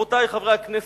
רבותי חברי הכנסת,